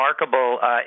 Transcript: remarkable